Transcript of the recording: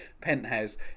penthouse